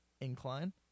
incline